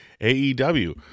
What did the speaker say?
AEW